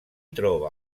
trova